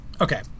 Okay